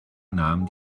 namen